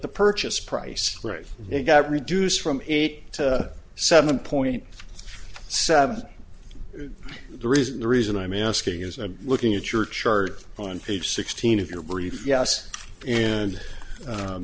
the purchase price or if it got reduced from eight to seven point seven the reason the reason i'm asking is a looking at your chart on page sixteen of your brief yes and